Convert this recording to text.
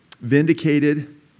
Vindicated